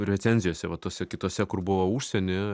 recenzijose va tose kitose kur buvo užsieny